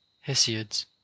Hesiod's